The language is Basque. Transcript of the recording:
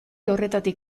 horretatik